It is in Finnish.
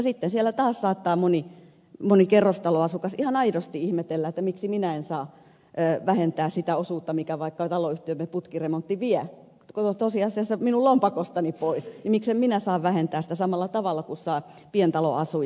sitten siellä taas saattaa moni kerrostaloasukas ihan aidosti ihmetellä miksi minä en saa vähentää sitä osuutta minkä vaikka taloyhtiömme putkiremontti vie tosiasiassa minun lompakostani miksi en minä saa vähentää sitä samalla tavalla kuin saa pientaloasuja